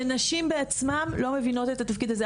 כשנשים בעצמן לא מבינות את התפקיד הזה.